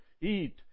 eat